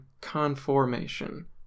conformation